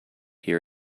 hear